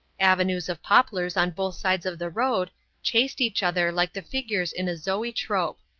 avenues of poplars on both sides of the road chased each other like the figures in a zoetrope.